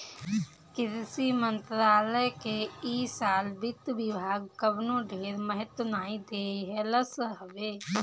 कृषि मंत्रालय के इ साल वित्त विभाग कवनो ढेर महत्व नाइ देहलस हवे